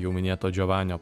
jau minėto džiovanio